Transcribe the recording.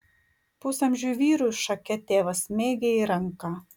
pusamžiui vyrui šake tėvas smeigė į ranką